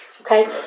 okay